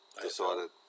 Decided